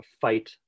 fight